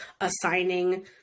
assigning